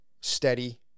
Steady